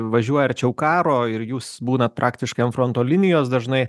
važiuoja arčiau karo ir jūs būnat praktiškai fronto linijos dažnai